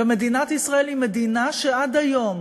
ומדינת ישראל היא מדינה שעד היום